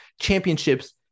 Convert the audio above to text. championships